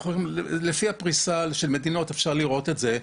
לפי פריסה של מדינות ניתן לראות את זה,